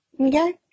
okay